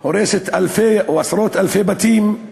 הורסת אלפי או עשרות אלפי בתים.